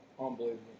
unbelievable